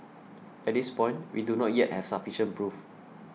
at this point we do not yet have sufficient proof